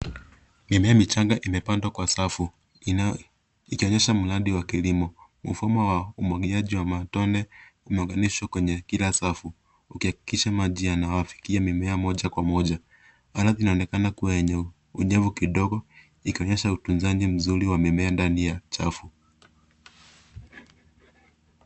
Mimea michanga imepandwa kwa safu ikionyesha mradi wa kilimo. Mfumo wa umwagiliaji wa matone umeunganishwa kwenye kila safu ukihakikisha maji yanafikia kila mmea moja kwa moja. Ardhi inaonekana kuwa yenye unyevu kidogo ikionyesha utunzaji mzuri wa mimea ndani ya chafu.